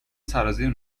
سرازیر